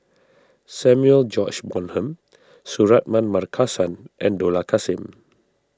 Samuel George Bonham Suratman Markasan and Dollah Kassim